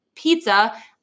pizza